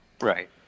right